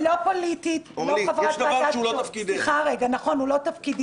הוא דיבר בשמך יפה,